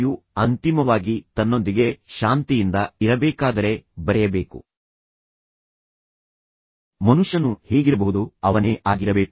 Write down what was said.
ಮತ್ತು ನಂತರ ವಾಗ್ದಾನವನ್ನು ಉಳಿಸಿಕೊಳ್ಳಲು ಪ್ರಯತ್ನಿಸಿ ಆದರೆ ಹಣಕಾಸಿನ ವಿಷಯವು ಸಮಸ್ಯೆಯಾಗಿದ್ದರೆ ಆದ್ದರಿಂದ ಅದು ಪ್ರತ್ಯೇಕ ಸಮಸ್ಯೆಯಾಗಿದೆ ಅದನ್ನು ಇದರೊಂದಿಗೆ ಸಂಯೋಜಿಸಬೇಡಿ